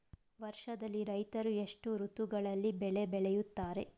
ವರ್ಷದಲ್ಲಿ ರೈತರು ಎಷ್ಟು ಋತುಗಳಲ್ಲಿ ಬೆಳೆ ಬೆಳೆಯುತ್ತಾರೆ?